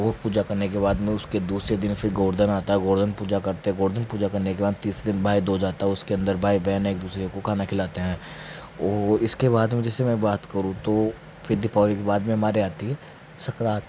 और पूजा करने के बाद में उसके दूसरे दिन फ़िर गोवर्धन आता है गोवर्धन पूजा करते हैं गोवर्धन पूजा करने के बाद तीसरे दिन भाई दूज आता है उसके अंदर भाई बहन एक दूसरे को खाना खिलाते हैं और इसके बाद में जैसे मैं बात करूँ तो फिर दीपावली के बाद में हमारे आती है सक्रांत